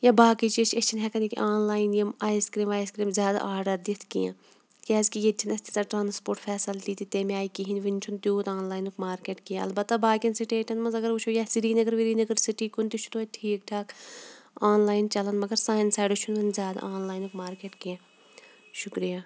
یا باقٕے چیٖز چھِ أسۍ چھِنہٕ ہٮ۪کَن ییٚکیٛاہ آنلاین یِم آیِس کِرٛیٖم وایِس کِرٛیٖم زیادٕ آرڈَر دِتھ کینٛہہ کیٛازِکہِ ییٚتہِ چھِنہٕ اَسہِ تیٖژاہ ٹرٛانَسپوٹ فیسلٹی تہِ تمہِ آے کِہیٖنۍ وٕنہِ چھِنہٕ تیوٗت آنلاینُک مارکیٹ کینٛہہ البتہ باقٕیَن سٕٹیٹَن منٛز اگر وٕچھو یا سرینگر وِرینگر سِٹی کُن تہِ چھُ توتہِ ٹھیٖک ٹھاک آنلاین چَلان مگر سانہِ سایڈٕ چھُنہٕ وٕنہِ زیادٕ آنلاینُک مارکیٹ کینٛہہ شُکریہ